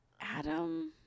adam